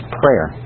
prayer